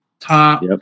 top